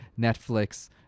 Netflix